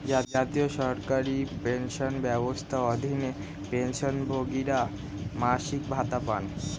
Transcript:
জাতীয় সরকারি পেনশন ব্যবস্থার অধীনে, পেনশনভোগীরা মাসিক ভাতা পান